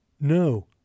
No